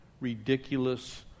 ridiculous